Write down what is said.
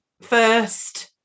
first